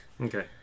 Okay